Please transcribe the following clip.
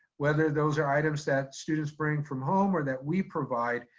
whether those are items that students bring from home or that we provide,